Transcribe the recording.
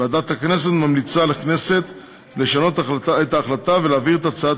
ועדת הכנסת ממליצה לכנסת לשנות את ההחלטה ולהעביר את הצעת